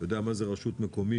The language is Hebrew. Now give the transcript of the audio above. יודע מה זאת רשות מקומית,